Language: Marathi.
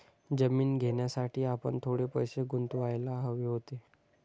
जमीन घेण्यासाठी आपण थोडे पैसे गुंतवायला हवे होते